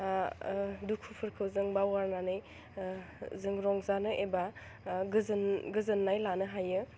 दुखुफोरखौ जों बावगारनानै जों रंजानो एबा गोजोन गोजोन्नाय लानो हायो